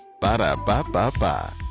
Ba-da-ba-ba-ba